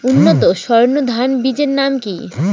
উন্নত সর্ন ধান বীজের নাম কি?